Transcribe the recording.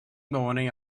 morning